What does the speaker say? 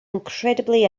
incredibly